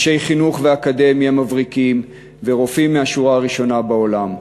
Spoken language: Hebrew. אנשי חינוך ואקדמיה מבריקים ורופאים מהשורה הראשונה בעולם.